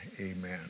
Amen